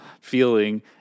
feeling